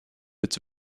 its